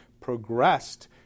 progressed